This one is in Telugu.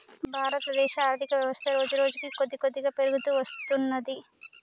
భారతదేశ ఆర్ధికవ్యవస్థ రోజురోజుకీ కొద్దికొద్దిగా పెరుగుతూ వత్తున్నది